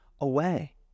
away